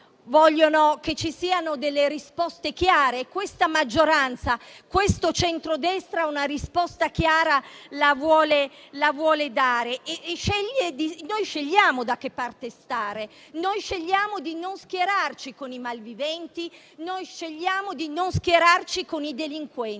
vogliono che ci siano delle risposte chiare, e questa maggioranza, questo centrodestra, una risposta chiara la vuole dare. Noi scegliamo da che parte stare: scegliamo di non schierarci con i malviventi e con i delinquenti,